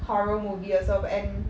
horror movie also but and